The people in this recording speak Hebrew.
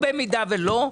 במידה ולא,